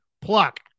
pluck